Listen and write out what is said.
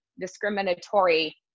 discriminatory